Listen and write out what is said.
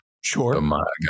Sure